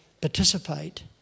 participate